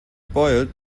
boiled